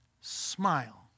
smile